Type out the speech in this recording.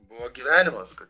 buvo gyvenimas kad